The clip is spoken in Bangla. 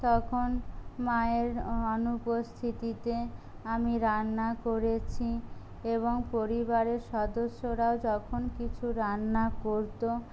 তখন মায়ের অনুপস্থিতিতে আমি রান্না করেছি এবং পরিবারের সদস্যরাও যখন কিছু রান্না করতো